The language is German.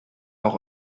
auch